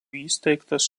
įsteigtas